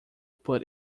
put